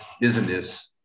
business